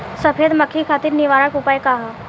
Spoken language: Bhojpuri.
सफेद मक्खी खातिर निवारक उपाय का ह?